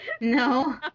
No